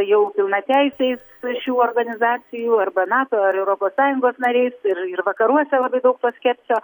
jau pilnateisiais šių organizacijų arba nato ar europos sąjungos nariais ir ir vakaruose labai daug to skepsio